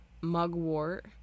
mugwort